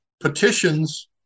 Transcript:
petitions